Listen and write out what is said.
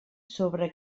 sobre